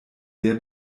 sehr